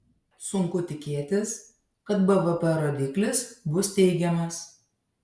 sunku tikėtis kad bvp rodiklis bus teigiamas